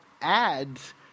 ads